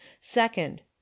second